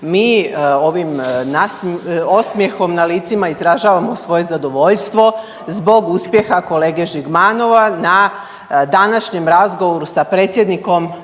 Mi ovim osmjehom na licima izražavamo svoje zadovoljstvo zbog uspjeha kolege Žigmanova na današnjem razgovoru sa predsjednikom